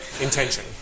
Intention